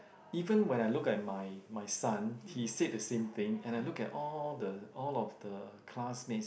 even when I look at my my son he said the same thing and I look at all the all of the classmates